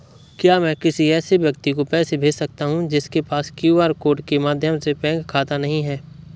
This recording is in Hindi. क्या मैं किसी ऐसे व्यक्ति को पैसे भेज सकता हूँ जिसके पास क्यू.आर कोड के माध्यम से बैंक खाता नहीं है?